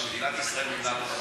שמדינת ישראל מימנה אותו,